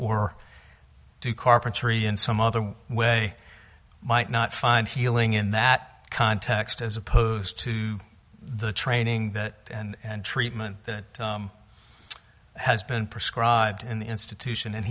or do carpentry in some other way might not find healing in that context as opposed to the training that and treatment that has been prescribed in the institution and